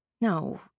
No